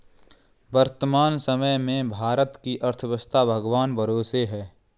वर्तमान समय में भारत की अर्थव्यस्था भगवान भरोसे है